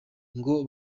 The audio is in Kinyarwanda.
ngo